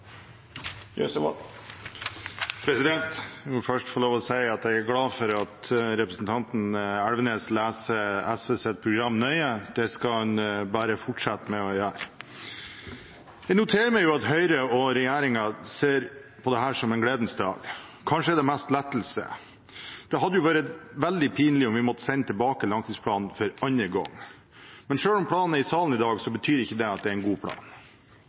først få lov til å si at jeg er glad for at representanten Elvenes leser SVs program nøye. Det skal han bare fortsette med å gjøre! Jeg noterer meg at Høyre og regjeringen ser på dette som en gledens dag. Kanskje er det mest lettelse. Det hadde jo vært veldig pinlig om vi måtte sende tilbake langtidsplanen for andre gang. Men selv om planen er i salen i dag, betyr ikke det at det er en god plan.